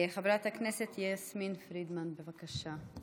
חברת הכנסת יסמין פרידמן, בבקשה.